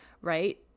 right